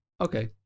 okay